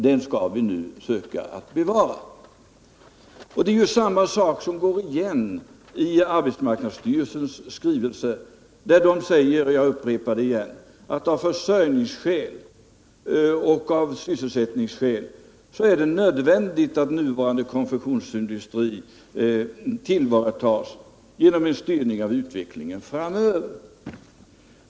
Det är ju samma sak som går igen i arbetsmarknadsstyrelsens skrivelse, där man säger — och jag upprepar det — att det av försörjningsskäl och sysselsättningsskäl är nödvändigt att nuvarande konfektionsindustri tillvaratas genom en styrning av utvecklingen framöver.